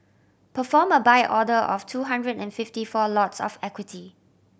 perform a Buy order of two hundred and fifty four lots of equity